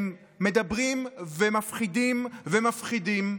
הם מדברים ומפחידים ומפחידים.